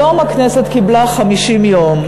היום הכנסת קיבלה 50 יום,